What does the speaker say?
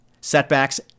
setbacks